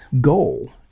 goal